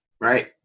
right